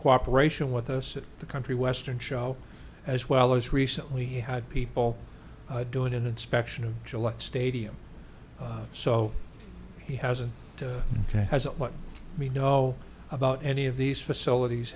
cooperation with us in the country western show as well as recently had people doing it inspection of gillette stadium so he hasn't ok has what we know about any of these facilities